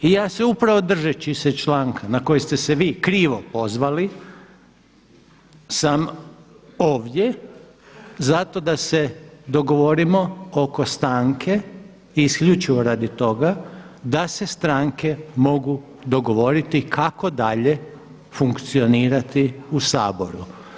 I ja se upravo držeći se članka na koji ste se vi krivo pozvali sam ovdje zato da se dogovorimo oko stanke i isključivo radi toga da se stranke mogu dogovoriti kako dalje funkcionirati u Saboru.